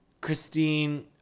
Christine